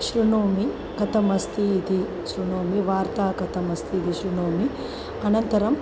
शृणोमि कथमस्ति इति शृणोमि वार्ता कथमस्ति इति शृणोमि अनन्तरम्